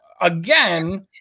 again